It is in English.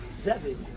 zevi